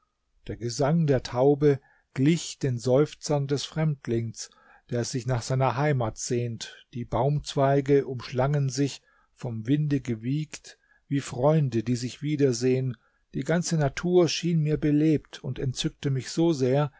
der gesang der taube glich den seufzern des fremdlings der sich nach seiner heimat sehnt die baumzweige umschlangen sich vom winde gewiegt wie freunde die sich wiedersehen die ganze natur schien mir belebt und entzückte mich so sehr